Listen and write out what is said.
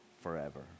forever